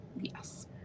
Yes